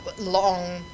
long